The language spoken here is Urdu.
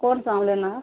کون ساؤوللینا